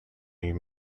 you